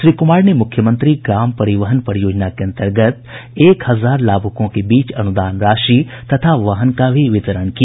श्री कुमार ने मुख्यमंत्री ग्राम परिवहन परियोजना के अन्तर्गत एक हजार लाभुकों के बीच अनुदान राशि तथा वाहन का भी वितरण किया